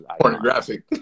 Pornographic